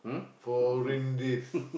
for rain days